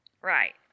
Right